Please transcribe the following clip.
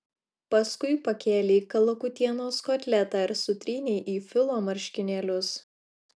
paskui pakėlei kalakutienos kotletą ir sutrynei į filo marškinėlius